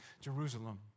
Jerusalem